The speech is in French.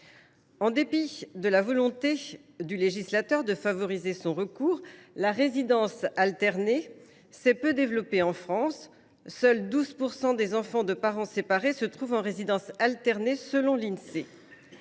En dépit de la volonté du législateur de favoriser son recours, la résidence alternée s’est peu développée en France : selon l’Insee, seuls 12 % des enfants de parents séparés se trouvent en résidence alternée. Selon une